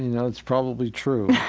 know, it's probably true.